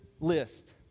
list